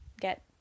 get